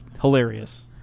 hilarious